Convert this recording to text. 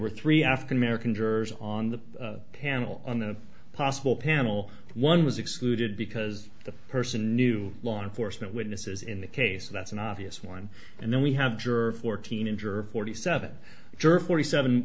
were three african american jurors on the panel and the possible panel one was excluded because the person knew law enforcement witnesses in the case and that's an obvious one and then we have juror fourteen injure forty seven jerk forty seven